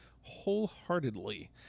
wholeheartedly